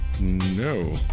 no